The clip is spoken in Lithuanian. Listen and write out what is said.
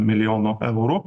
milijonų eurų